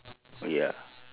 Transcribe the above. ya